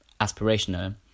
aspirational